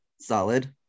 Solid